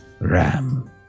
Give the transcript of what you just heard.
ram